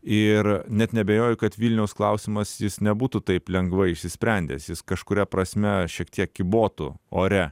ir net neabejoju kad vilniaus klausimas jis nebūtų taip lengvai išsisprendęs jis kažkuria prasme šiek tiek kybotų ore